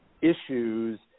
issues